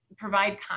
provide